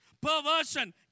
Perversion